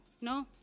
No